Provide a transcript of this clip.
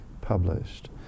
published